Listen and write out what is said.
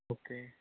okay